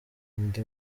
andi